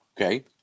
Okay